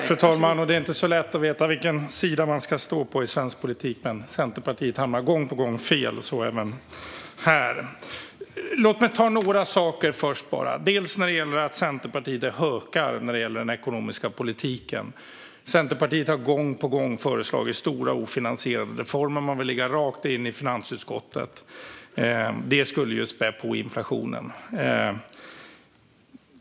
Fru talman! Det är inte lätt att veta vilken sida man ska stå på i svensk politik, men Centerpartiet hamnar gång på gång fel - så även här. Låt mig ta upp några saker först. Beträffande att Centerpartiet skulle vara hökar när det gäller den ekonomiska politiken har Centerpartiet gång på gång föreslagit stora, ofinansierade reformer rakt in i finansutskottet, och de skulle spä på inflationen.